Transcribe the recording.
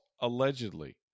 allegedly